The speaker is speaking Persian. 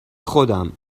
خودم